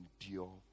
endure